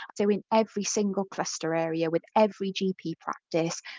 so, in every single cluster area, with every gp practice,